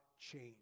change